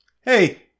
Hey